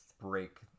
break